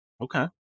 Okay